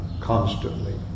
constantly